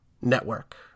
network